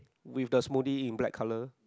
with the smoothie in black colour